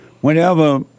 whenever